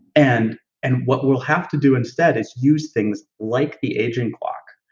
and and what we'll have to do instead is use things like the aging clock,